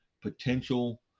potential